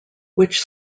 which